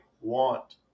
want